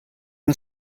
nhw